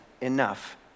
enough